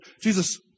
Jesus